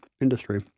industry